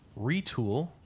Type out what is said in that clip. Retool